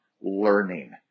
learning